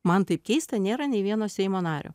man tai keista nėra nei vieno seimo nario